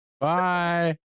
Bye